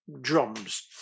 drums